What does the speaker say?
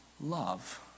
love